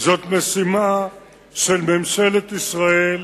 זאת משימה של ממשלת ישראל,